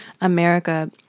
america